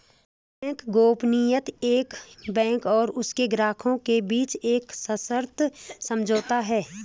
bank गोपनीयता एक bank और उसके ग्राहकों के बीच एक सशर्त समझौता है